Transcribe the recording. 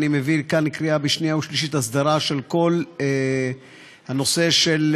אני מביא לכאן לקריאה שנייה ושלישית הסדרה של כל הנושא של